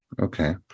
Okay